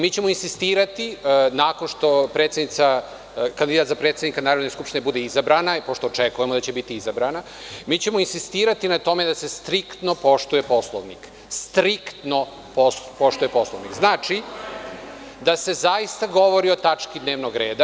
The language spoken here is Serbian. Mi ćemo insistirati, nakon što kandidat za predsednika Narodne skupštine bude izabrana, pošto očekujemo da bude izabrana, mi ćemo insistirati na tome da se striktno poštuje Poslovnik, striktno poštuje Poslovnik, znači, da se zaista govori o tački dnevnog reda.